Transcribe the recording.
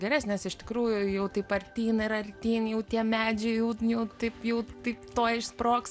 geresnės iš tikrųjų jau taip artyn ir artyn jau tie medžiai jau jau taip jau taip tuoj išsprogs